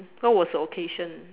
what was the occasion